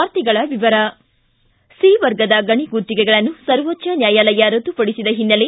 ವಾರ್ತೆಗಳ ವಿವರ ಖ ವರ್ಗದ ಗಣಿ ಗುತ್ತಿಗೆಗಳನ್ನು ಸರ್ವೋಚ್ಹ ನ್ಯಾಯಾಲಯ ರದ್ದುಪಡಿಸಿದ ಹಿನ್ನೆಲೆ